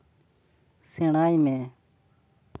ᱥᱮᱬᱟᱭ ᱢᱮ